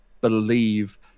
believe